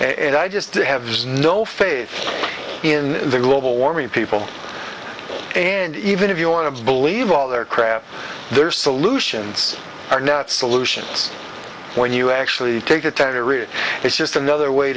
and i just have just no faith in the global warming people and even if you want to believe all their crap their solutions are not solutions when you actually take the time to read it's just another way